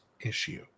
issue